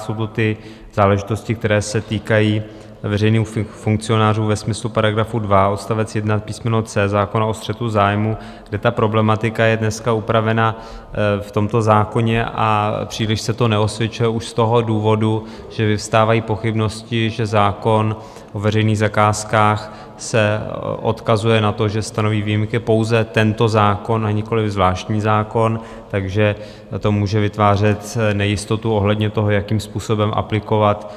Jsou to ty záležitosti, které se týkají veřejných funkcionářů ve smyslu § 2 odst. 1 písm. c) zákona o střetu zájmů, kde ta problematika je dneska upravena v tomto zákoně, a příliš se to neosvědčuje už z toho důvodu, že vyvstávají pochybnosti, že zákon o veřejných zakázkách se odkazuje na to, že stanoví výjimky pouze tento zákon, a nikoliv zvláštní zákon, takže to může vytvářet nejistotu ohledně toho, jakým způsobem aplikovat